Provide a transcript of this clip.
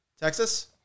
texas